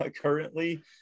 currently